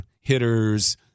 hitters